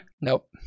Nope